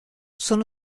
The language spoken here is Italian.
sono